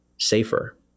safer